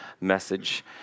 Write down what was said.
message